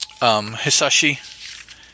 Hisashi